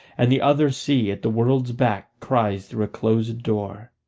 and the other sea at the world's back cries through a closed door.